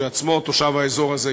שהוא עצמו תושב האזור הזה,